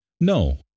No